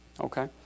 okay